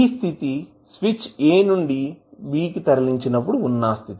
ఈ స్థితి switch a నుండి b కి తరలించినప్పుడు ఉన్న స్థితి